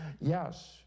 Yes